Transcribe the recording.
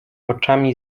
oczami